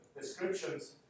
descriptions